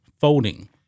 folding